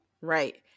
Right